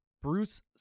Bruce